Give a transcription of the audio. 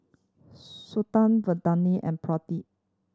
Santha Vandana and Pradip